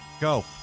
Go